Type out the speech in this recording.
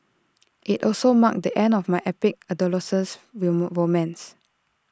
IT also marked the end of my epic adolescent romance